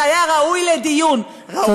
שהיה ראוי לדיון ראוי,